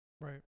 Right